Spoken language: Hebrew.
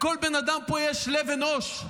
לכל בן אדם פה יש לב אנוש,